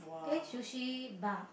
eh Sushi Bar